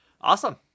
awesome